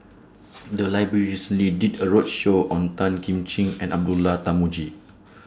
The Library recently did A roadshow on Tan Kim Ching and Abdullah Tarmugi